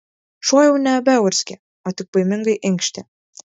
šuo jau nebeurzgė o tik baimingai inkštė